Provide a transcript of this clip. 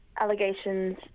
allegations